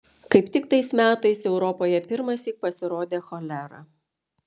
kaip tik tais metais europoje pirmąsyk pasirodė cholera